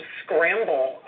scramble